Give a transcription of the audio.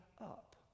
up